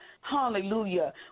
hallelujah